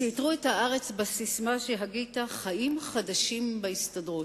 שעיטרו את הארץ בססמה שהגית: "חיים חדשים בהסתדרות",